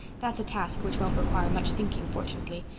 that's a task which won't require much thinking fortunately.